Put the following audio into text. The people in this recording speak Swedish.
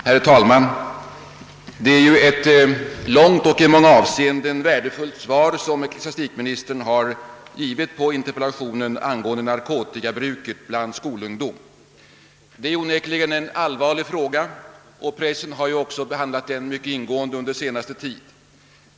Herr talman! Det var ett långt och i många avseenden värdefullt svar som ecklesiastikministern gav på interpellationen angående =<:narkotikabruket bland skolungdomen. Det är onekligen en allvarlig fråga, och pressen har också behandlat den mycket ingående under den senaste tiden.